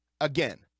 again